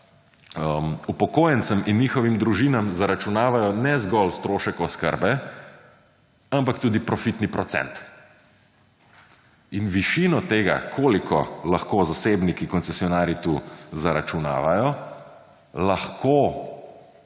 upokojencem in njihovim družinam zaračunavajo ne zgolj strošek oskrbe, ampak tudi profitni procent. In višino tega, koliko lahko zasebniki-koncesionarji tu zaračunavajo, lahko